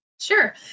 Sure